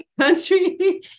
country